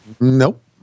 Nope